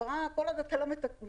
כל עוד אתה לא מתקן,